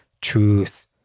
truth